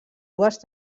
dues